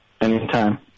Anytime